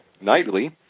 nightly